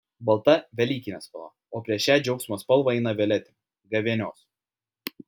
balta velykinė spalva o prieš šią džiaugsmo spalvą eina violetinė gavėnios